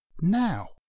now